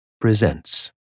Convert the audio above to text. presents